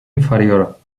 inferior